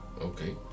Okay